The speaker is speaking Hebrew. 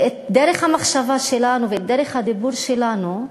את דרך המחשבה שלנו ואת דרך הדיבור שלנו,